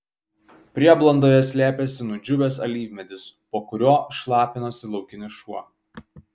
prieblandoje slėpėsi nudžiūvęs alyvmedis po kuriuo šlapinosi laukinis šuo